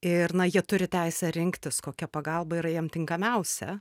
ir na jie turi teisę rinktis kokia pagalba yra jiem tinkamiausia